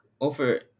over